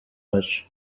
wacu